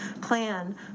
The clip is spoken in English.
plan